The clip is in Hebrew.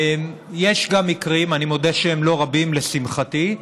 יש גם מקרים, אני מודה שהם לא רבים, לשמחתי,